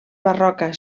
barroca